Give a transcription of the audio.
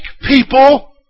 people